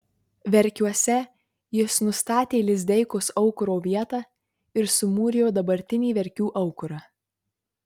verkiuose jis nustatė lizdeikos aukuro vietą ir sumūrijo dabartinį verkių aukurą